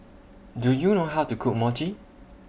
Do YOU know How to Cook Mochi